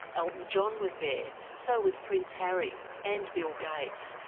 elton john was there, so was prince harry and bill gates.